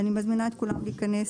ואני מזמינה את כולם להיכנס.